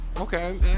okay